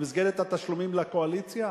במסגרת התשלומים לקואליציה?